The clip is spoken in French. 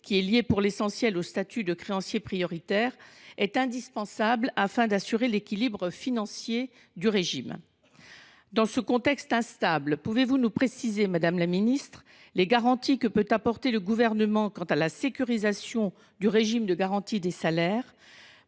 qui est liée pour l'essentiel au statut de créancier prioritaire, est indispensable afin d'assurer l'équilibre financier du régime. Dans ce contexte instable, pouvez-vous nous préciser, Madame la Ministre, les garanties que peut apporter le gouvernement quant à la sécurisation du régime de garantie des salaires ?